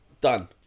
done